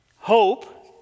Hope